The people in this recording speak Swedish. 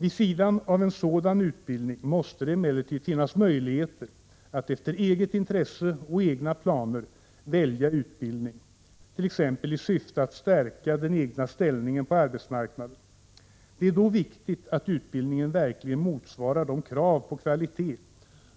Vid sidan av sådan utbildning måste det emellertid finnas möjligheter att efter eget intresse och egna planer välja utbildning, t.ex. i syfte att stärka den egna ställningen på arbetsmarknaden. Det är då viktigt att utbildningen verkligen motsvarar de krav på kvalitet